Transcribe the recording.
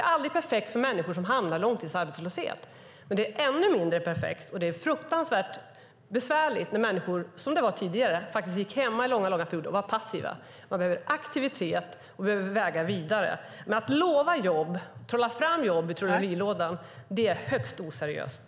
Det är aldrig perfekt för människor som hamnar i långtidsarbetslöshet. Men det är ännu mindre perfekt och fruktansvärt besvärligt som det var tidigare när människor gick hemma långa perioder och var passiva. Man behöver aktivitet och man behöver vägar vidare. Att trolla fram jobb ur trollerilådan är högst oseriöst.